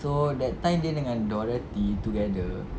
so that time dia dengan dorothy together